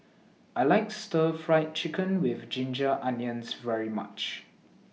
I like Stir Fried Chicken with Ginger Onions very much